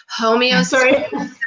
Homeostasis